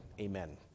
Amen